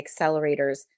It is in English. accelerators